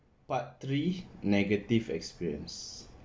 part three negative experience